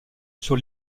sur